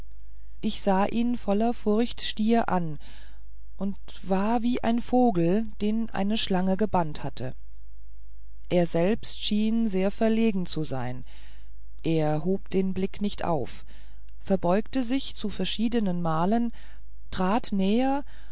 ich sah ihn voller furcht stier an und war wie ein vogel den eine schlange gebannt hat er selber schien sehr verlegen zu sein er hob den blick nicht auf verbeugte sich zu verschiedenen malen trat näher